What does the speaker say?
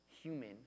human